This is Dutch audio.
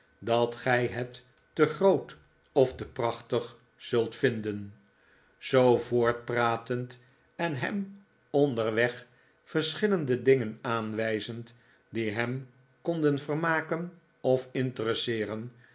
dat gij het te groot of te prachtig zult vinden zoo voortpratend en hem onderweg verschillende dingen aanwijzend die hem konden vermaken of interesseeren